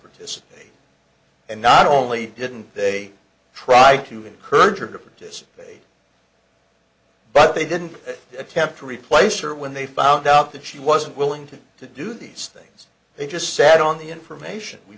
criticize and not only didn't they try to encourage her to practice but they didn't attempt to replace her when they found out that she wasn't willing to to do these things they just sat on the information we